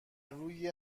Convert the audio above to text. روی